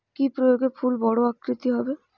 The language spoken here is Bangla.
কি প্রয়োগে ফুল বড় আকৃতি হবে?